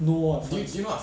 know what funds